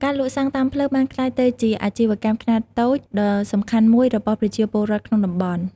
ការលក់សាំងតាមផ្លូវបានក្លាយទៅជាអាជីវកម្មខ្នាតតូចដ៏សំខាន់មួយរបស់ប្រជាពលរដ្ឋក្នុងតំបន់។